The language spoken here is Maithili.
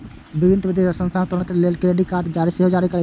विभिन्न वित्तीय संस्थान त्वरित ऋण देबय लेल क्रेडिट कार्ड सेहो जारी करै छै